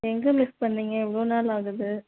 எங்கே மிஸ் பண்ணீங்க எவ்வளோ நாள் ஆகுது